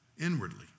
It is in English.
inwardly